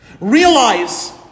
Realize